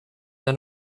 and